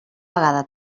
vegada